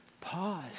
Pause